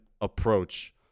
approach